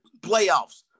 playoffs